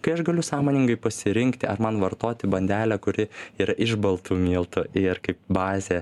kai aš galiu sąmoningai pasirinkti ar man vartoti bandelę kuri ir iš baltų miltų ir kaip bazė